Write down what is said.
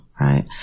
right